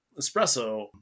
espresso